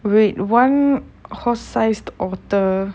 wait one horse sized otter